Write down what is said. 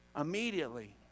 Immediately